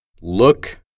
Look